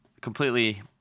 completely